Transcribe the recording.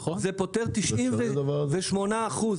זה פותר 98% מהבעיות,